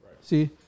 See